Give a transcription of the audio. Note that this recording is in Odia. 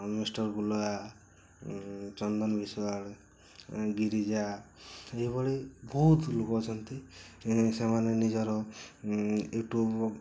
ମିଷ୍ଟର୍ ଗୁଲୁଆ ଚନ୍ଦନ ବିଶ୍ୱାଳ ଗିରିଜା ଏଇଭଳି ବହୁତ ଲୋକ ଅଛନ୍ତି ସେମାନେ ନିଜର ୟୁଟ୍ୟୁବ୍